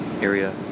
area